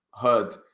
heard